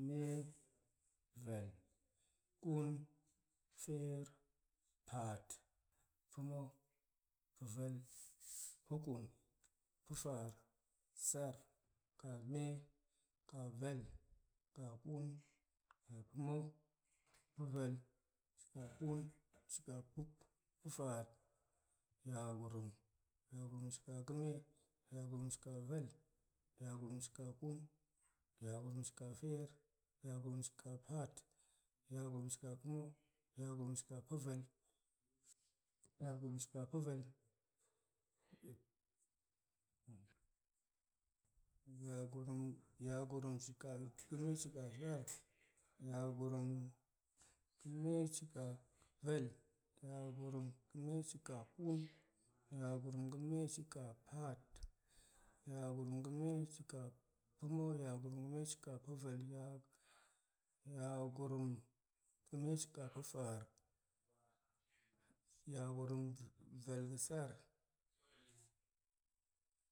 vel, ƙun, feer, paat, pa̱ma̱, pa̱vel, puƙun, pa̱faar, sar, ƙame, ƙavel, ƙaƙun, ƙapa̱ma̱, ƙapa̱vel, sarshiƙaḵun, sarshiƙapa̱faar, yagurum, yagurumshikaga̱me, yagurumshiƙavel, yagurumshiƙaƙun, yagurumshiƙafeer, yagurumshikapaat, yagurumshikapa̱ma̱, yagurumshiƙapa̱vel, yagurumshiƙapa̱vel, yagurum, yagurumshiƙaga̱meshiƙavel yagurumga̱meshiƙavel, yagurumga̱meshiƙaƙun, yagurumshiƙapaat, yagurumga̱meshiƙapa̱ma̱, yagurumga̱meshiƙapa̱vel, ya- yagurumga̱meshiƙapa̱faar, yagurumvelga̱sar